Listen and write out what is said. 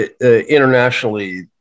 internationally